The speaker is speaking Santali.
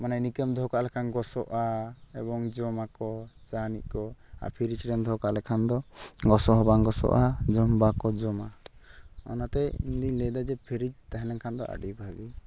ᱢᱟᱱᱮ ᱱᱤᱝᱠᱟᱹᱢ ᱫᱚᱦᱚ ᱠᱟᱜ ᱞᱮᱠᱷᱟᱱ ᱜᱚᱥᱚᱜᱼᱟ ᱮᱵᱚᱝ ᱡᱚᱢᱟᱠᱚ ᱡᱟᱦᱟᱱᱤᱡ ᱠᱚ ᱟᱨ ᱯᱷᱤᱨᱤᱡᱽ ᱨᱮᱢ ᱫᱚᱦᱚᱠᱟᱜ ᱞᱮᱠᱷᱟᱱ ᱫᱚ ᱜᱚᱥᱚ ᱦᱚᱸ ᱵᱟᱝ ᱜᱚᱥᱚᱜᱼᱟ ᱡᱚᱢ ᱦᱚᱸ ᱵᱟᱠᱚ ᱡᱚᱢᱟ ᱚᱱᱟᱛᱮ ᱤᱧᱫᱚᱧ ᱞᱟᱹᱭᱫᱟ ᱡᱮ ᱯᱷᱤᱨᱤᱡᱽ ᱛᱟᱦᱮᱸᱞᱮᱱᱠᱷᱟᱱ ᱫᱚ ᱟᱰᱹᱤ ᱵᱷᱟᱹᱜᱤ